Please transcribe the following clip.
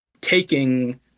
taking